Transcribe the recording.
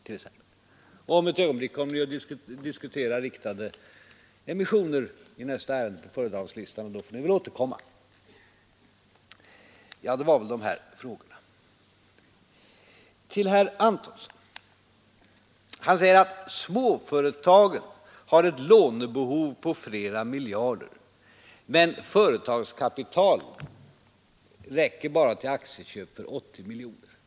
Vid behandlingen av nästa ärende på föredragningslistan kommer riksdagen att debattera riktade emissioner, och då får vi väl återkomma till den saken. Det var frågorna. Herr Antonsson sade sedan att småföretagen har ett lånebehov på flera miljarder, men företagskapitalet räcker bara till aktieköp för 80 miljoner kronor.